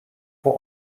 vor